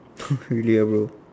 really ah bro